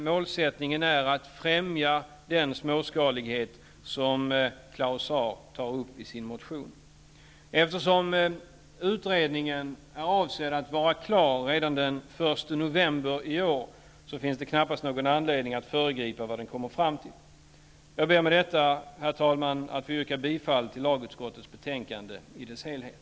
Målsättningen är att främja den småskalighet som Claus Zaar tar upp i sin motion. Eftersom utredningen är avsedd att vara klar redan den 1 november i år, finns det knappast någon anledning att föregripa vad den kommer fram till. Jag ber med detta herr talman, att få yrka bifall till lagutskottets hemställan i dess helhet.